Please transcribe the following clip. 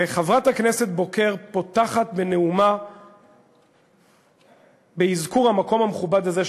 וחברת הכנסת בוקר פותחת בנאומה באזכור המקום המכובד הזה,